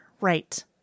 right